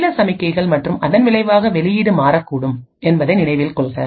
நீல சமிக்ஞைகள் மற்றும் அதன் விளைவாக வெளியீடு மாறக்கூடும் என்பதை நினைவில் கொள்க